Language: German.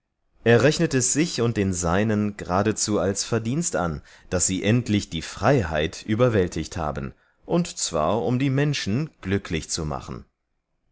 er rechnet es sich und den seinen durchaus als verdienst an daß sie endlich die freiheit niedergerungen haben und nur darum um die menschen glücklich zu machen